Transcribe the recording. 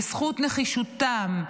בזכות נחישותם,